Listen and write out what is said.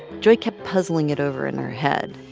joy kept puzzling it over in her head.